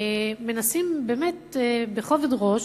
מנסים בכובד ראש